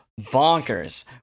bonkers